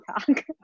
talk